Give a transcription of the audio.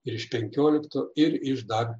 ir iš penkiolikto ir iš dar